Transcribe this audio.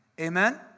Amen